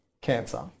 cancer